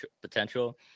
potential